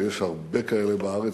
ויש הרבה כאלה בארץ,